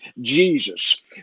Jesus